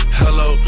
hello